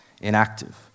inactive